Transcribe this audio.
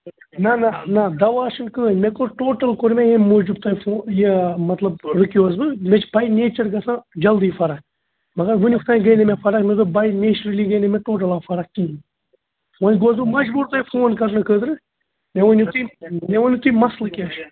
نَہ نَہ نَہ دوا حظ چھُنہٕ کٕہۭنۍ مےٚ کوٚر ٹوٹَل کوٚر مےٚ ییٚمہِ موٗجوٗب تۄہہِ فو یہِ مطلب رُکیوُس بہٕ مےٚ چھِ بَے نیچَر گژھان جلدی فرق مگر وٕنیُک تام گٔے نہٕ مےٚ فرق مےٚ دوٚپ بَے نیچرٔلی گٔے نہٕ مےٚ ٹوٹَل فرق کِہیٖنۍ وۄنۍ گوٚوُس بہٕ مجبوٗر تۄہہِ فون کرنہٕ خٲطرٕ مےٚ ؤنِو تُہۍ مےٚ ؤنِو تُہۍ مسلہٕ کیٛاہ چھُ